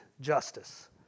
justice